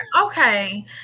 Okay